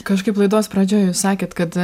kažkaip laidos pradžioj jūs sakėt kad